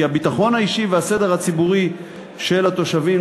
כי הביטחון האישי והסדר הציבורי של התושבים